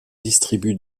distribue